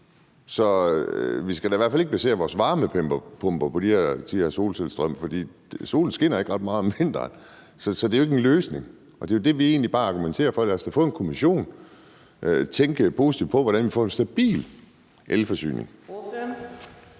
Så vi skal da i hvert fald ikke basere vores varmepumper på den her solcellestrøm. For solen skinner ikke ret meget om vinteren, så det er jo ikke en løsning, og det er jo egentlig bare det, vi argumenterer for. Altså, lad os da få en kommission og tænke positivt på, hvordan vi får en stabil elforsyning.